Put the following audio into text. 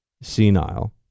senile